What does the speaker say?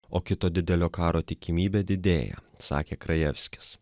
o kito didelio karo tikimybė didėja sakė krajevskis